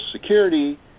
Security